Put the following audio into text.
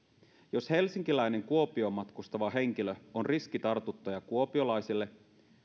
jos helsinkiläinen kuopioon matkustava henkilö on riskitartuttaja kuopiolaisille